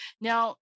now